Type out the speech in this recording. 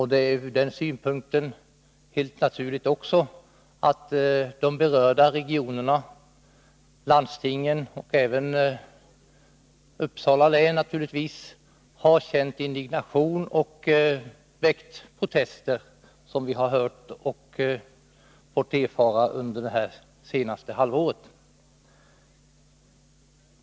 Ur den synpunkten är det helt naturligt att de berörda regionerna, landstingen och även Uppsala län har känt indignation och rest protester, något som vi har fått erfara under det senaste halvåret.